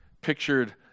pictured